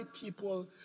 people